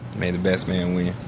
may the best man win,